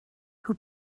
who